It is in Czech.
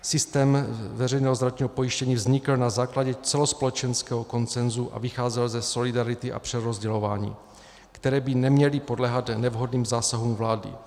Systém veřejného zdravotního pojištění vznikl na základě celospolečenského konsenzu a vycházel ze solidarity a přerozdělování, které by neměly podléhat nevhodným zásahům vlády.